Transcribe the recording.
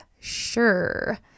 sure